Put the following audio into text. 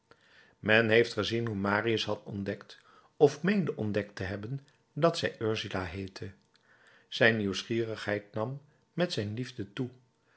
men heeft gezien hoe marius had ontdekt of meende ontdekt te hebben dat zij ursula heette zijn nieuwsgierigheid nam met zijn liefde toe